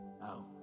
Now